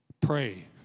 pray